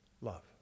Love